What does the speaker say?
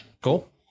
Cool